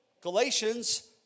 Galatians